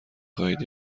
خواهید